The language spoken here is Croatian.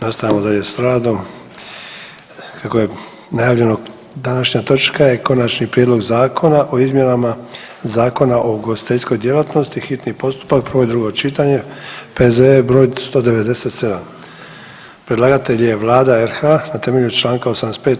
Nastavljamo dalje s radom, kako je najavljeno današnja točka je: - Konačni prijedlog Zakona o izmjenama Zakona o ugostiteljskoj djelatnosti, hitni postupak, prvo i drugo čitanje, P.Z.E. broj 197 Predlagatelj je Vlada RH na temelju Članka 85.